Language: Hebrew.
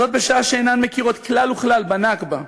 זאת בשעה שאינן מכירות כלל וכלל בנכבה,